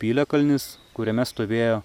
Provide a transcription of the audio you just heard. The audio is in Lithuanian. piliakalnis kuriame stovėjo